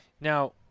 Now